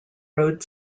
road